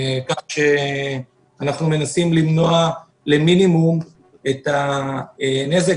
אנחנו מנסים להקטין למינימום את הנזק,